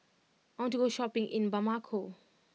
I want to go shopping in Bamako